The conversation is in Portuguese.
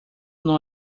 não